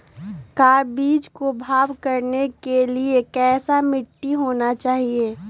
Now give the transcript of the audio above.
का बीज को भाव करने के लिए कैसा मिट्टी होना चाहिए?